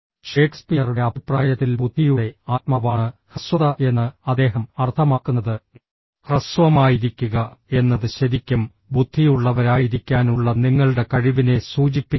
ഷേക്സ്പിയറുടെ അഭിപ്രായത്തിൽ ബുദ്ധിയുടെ ആത്മാവാണ് ഹ്രസ്വത എന്ന് അദ്ദേഹം അർത്ഥമാക്കുന്നത് ഹ്രസ്വമായിരിക്കുക എന്നത് ശരിക്കും ബുദ്ധിയുള്ളവരായിരിക്കാനുള്ള നിങ്ങളുടെ കഴിവിനെ സൂചിപ്പിക്കുന്നു